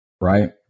Right